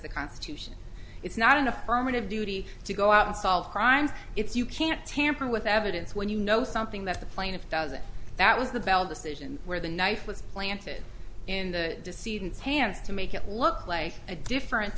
the constitution it's not an affirmative duty to go out and solve crimes it's you can't tamper with evidence when you know something that the plaintiff doesn't that was the bell decision where the knife was planted in the deceiving hands to make it look like a different